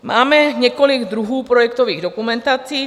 Máme několik druhů projektových dokumentací.